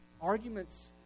Arguments